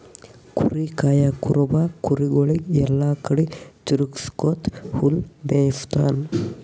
ಕುರಿ ಕಾಯಾ ಕುರುಬ ಕುರಿಗೊಳಿಗ್ ಎಲ್ಲಾ ಕಡಿ ತಿರಗ್ಸ್ಕೊತ್ ಹುಲ್ಲ್ ಮೇಯಿಸ್ತಾನ್